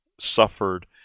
suffered